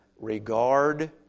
regard